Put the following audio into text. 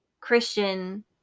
Christian